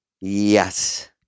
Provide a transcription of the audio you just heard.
Yes